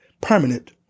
permanent